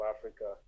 Africa